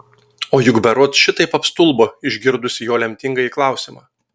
o juk berods šitaip apstulbo išgirdusi jo lemtingąjį klausimą